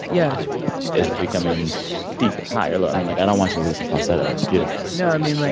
yeah is it becoming deeper, higher, lower? i mean, like, i don't want you to lose the falsetto. it's beautiful no. i mean, like,